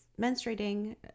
menstruating